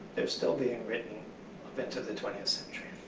they're still being written up into the twentieth century.